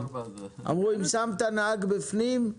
שמת נהג בפנים,